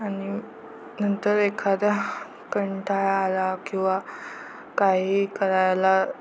आणि नंतर एखादा कंटाळा आला किंवा काही करायला